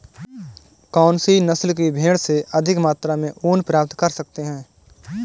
कौनसी नस्ल की भेड़ से अधिक मात्रा में ऊन प्राप्त कर सकते हैं?